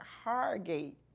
Hargate